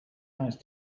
nice